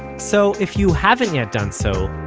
so, if you haven't yet done so,